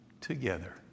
together